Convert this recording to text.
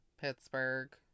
Pittsburgh